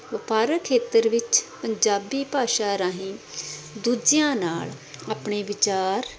ਵਪਾਰਿਕ ਖੇਤਰ ਵਿੱਚ ਪੰਜਾਬੀ ਭਾਸ਼ਾ ਰਾਹੀਂ ਦੂਜਿਆਂ ਨਾਲ ਆਪਣੇ ਵਿਚਾਰ